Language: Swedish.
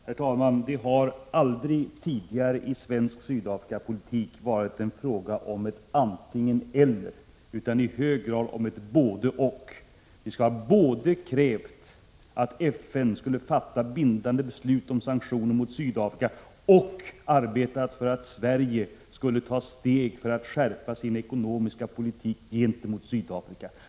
Herr talman! Det har aldrig tidigare i svensk Sydafrikapolitik varit en fråga om ett antingen — eller utan i hög grad om ett både — och. Vi har både krävt att FN skulle fatta bindande beslut om sanktioner mot Sydafrika och arbetat för att Sverige skulle ta steg för att skärpa sin ekonomiska politik gentemot Sydafrika.